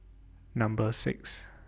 Number six